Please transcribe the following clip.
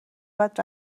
بعد